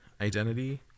identity